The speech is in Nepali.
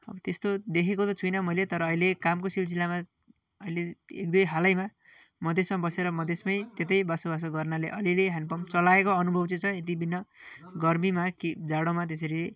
अब त्यस्तो देखेको त छुइनँ मैले तर अहिले कामको सिलसिलामा अहिले एकदुई हालैमा मधेसमा बसेर मधेसमै त्यतै बसोबासो गर्नाले अलिअलि ह्यान्डपम्प चलाएको अनुभव चाहिँ छ यतिबिना गर्मीमा कि जाडोमा त्यसरी